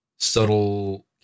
Subtle